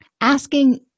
asking